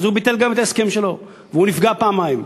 אז הוא ביטל גם את ההסכם שלו, והוא נפגע פעמיים.